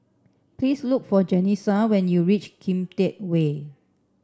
please look for Janessa when you reach Kian Teck Way